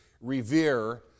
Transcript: revere